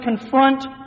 confront